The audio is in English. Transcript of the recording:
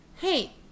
Hey